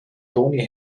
toni